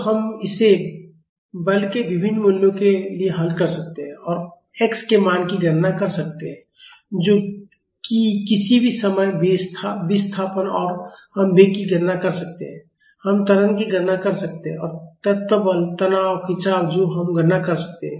तो हम इसे बल के विभिन्न मूल्यों के लिए हल कर सकते हैं और x के मान की गणना कर सकते हैं जो कि किसी भी समय विस्थापन है फिर हम वेग की गणना कर सकते हैं हम त्वरण की गणना कर सकते हैं और तत्व बल तनाव खिंचाव जो हम गणना कर सकते हैं